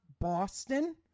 Boston